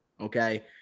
okay